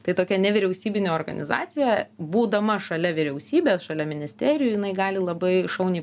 tai tokia nevyriausybinė organizacija būdama šalia vyriausybės šalia ministerijų jinai gali labai šauniai